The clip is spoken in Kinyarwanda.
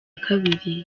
kabiri